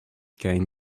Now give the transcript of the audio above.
gain